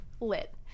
lit